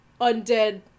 undead